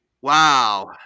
Wow